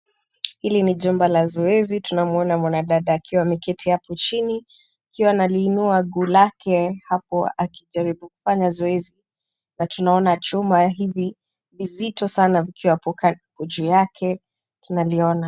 Hili ni jumba la zoezi tunamwona mwanadada akiwa ameketi hapo chini akiwa analiinua guu lake hapo akijaribu kufanya zoezi na tunaona chuma hivi vizito sana vikiwa hapo juu yake tunaliona.